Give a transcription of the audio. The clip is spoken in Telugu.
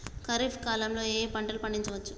ఖరీఫ్ కాలంలో ఏ ఏ పంటలు పండించచ్చు?